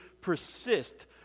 persist